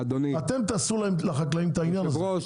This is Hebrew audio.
אדוני היו"ר,